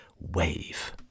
Wave